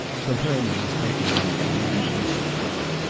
so herman was taken on at the new munition plant.